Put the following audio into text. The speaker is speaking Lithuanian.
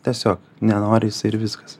tiesiog nenori jisai ir viskas